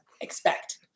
expect